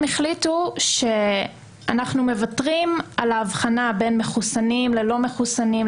הם החליטו שאנחנו מוותרים על ההבחנה בין מחוסנים ללא מחוסנים,